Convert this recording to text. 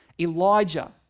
Elijah